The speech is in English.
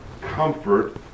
comfort